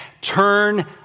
turn